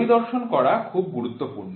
পরিদর্শন করা খুব গুরুত্বপূর্ণ